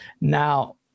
Now